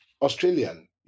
Australian